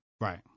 right